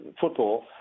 football